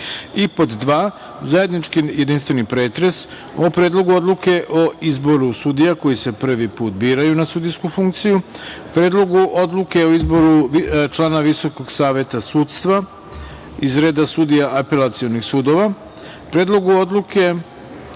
2.) zajednički jedinstveni pretres o: Predlogu odluke o izboru sudija koji se prvi put biraju na sudijsku funkciju, Predlogu odluke o izboru člana Viskog Saveta sudstva iz reda sudija apelacionih sudova, Predlogu odluke